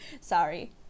sorry